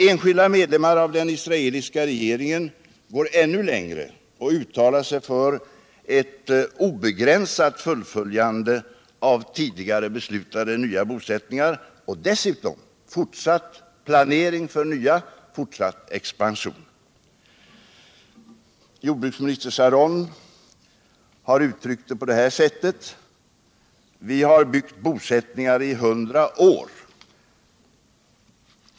Enskilda medlemmar av den israeliska regeringen går ännu längre och uttalar sig för ett obegränsat fullföljande av tidigare beslutade nya bosättningar och dessutom för planering av nya och fortsatt expansion. Jordbruksminister Sharon uttalade för en tid sedan: Vi har byggt bosättningar i hundra år.